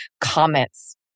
comments